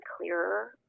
clearer